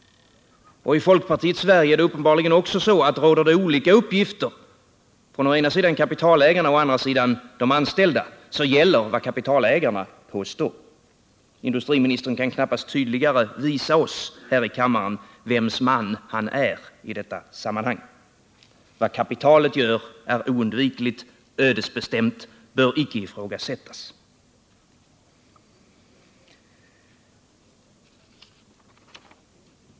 I folkpartiets Sverige är det uppenbarligen också så att råder det olika uppfattningar mellan å ena sidan kapitalägarna och å andra sidan de anställda gäller vad kapitalägarna påstår. Industriministern kan knappast tydligare visa oss här i kammaren vems man han är i detta sammanhang. Vad kapitalet gör är oundvikligt, ödesbestämt, bör icke ifrågasättas.